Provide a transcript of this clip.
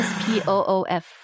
Spoof